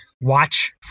watch